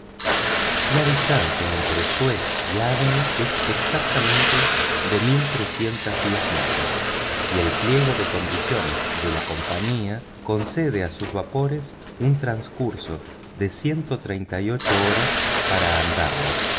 la distancia entre suez y adén es exactamente de mil trescientas millas y el pliego de condiciones de la compañía concede a sus vapores un transcurso de ciento treinta y ocho horas para andarlo